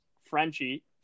Frenchie